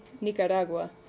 Nicaragua